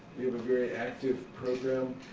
we have a very active program.